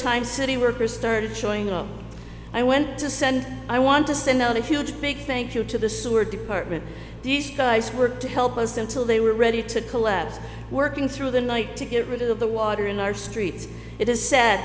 time city workers started showing up i went to send i want to send out a huge big thank you to the sewer department these guys were to help us until they were ready to collapse working through the night to get rid of the water in our streets it is sa